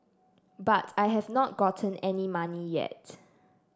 but I have not gotten any money yet